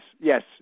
Yes